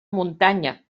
muntanya